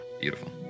Beautiful